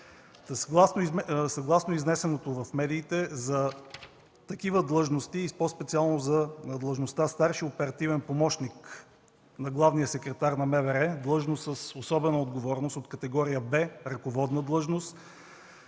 Съгласно изнесеното в медиите, за такива длъжности и по-специално за длъжността „старши оперативен помощник” на главния секретар на МВР – длъжност с особена отговорност от категория „Б”, ръководна длъжност,